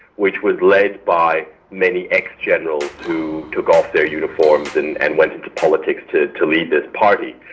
which was led by many ex-generals who took off their uniforms and and went into politics to to lead this party.